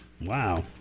wow